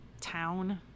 town